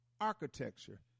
architecture